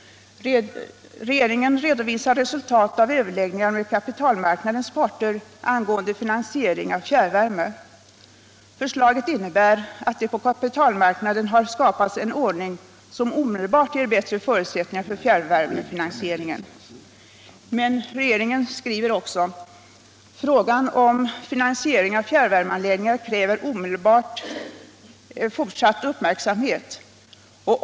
Regeringen redovisar resultat av överläggningar med kapitalmarknadens parter angående finansiering av fjärrvärme. Förslaget innebär att det på kapitalmarknaden har skapats en ordning som omedelbart ger bättre förutsättningar för fjärrvärmefinansieringen. Regeringen skriver: ”Frågan om finansiering av fjärrvärmeanläggningar kräver emellertid fortsatt uppmärksamhet.